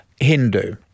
Hindu